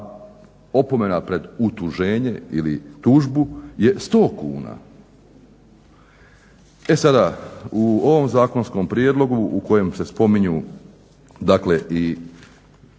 opomena pred utuženje ili tužbu je 100 kuna. E sada u ovom zakonskom prijedlogu u kojem se spominju i